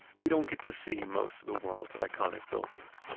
we don't get to see most of the world's iconic buildings.